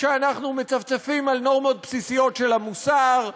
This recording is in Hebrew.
כשאנחנו מצפצפים על נורמות בסיסיות של המוסר,